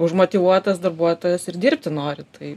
užmotyvuotas darbuotojas ir dirbti nori tai